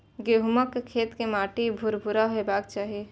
गहूमक खेत के माटि भुरभुरा हेबाक चाही